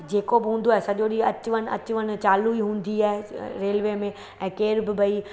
जेको बि हूंदो आहे सॼो ॾींहुं अचवञि अचवञि चालू ई हूंदी आहे रेलवे में ऐं केर बि भई